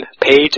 page